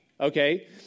okay